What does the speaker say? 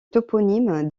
toponyme